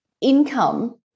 income